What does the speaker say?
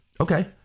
Okay